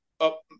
up